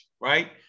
Right